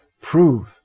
Prove